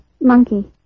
monkey